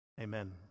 Amen